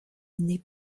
nep